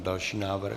Další návrh.